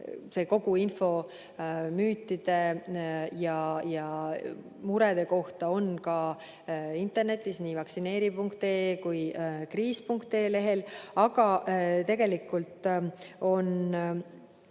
Kogu info müütide ja murede kohta on ka internetis nii vaktsineeri.ee kui kriis.ee lehel. Aga tegelikult on